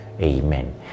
Amen